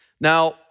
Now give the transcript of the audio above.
Now